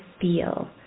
feel